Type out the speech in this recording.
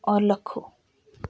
اور لکھو